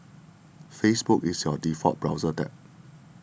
Facebook is your default browser tab